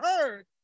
heard